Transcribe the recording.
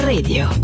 Radio